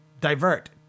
divert